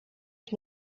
ich